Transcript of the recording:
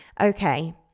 okay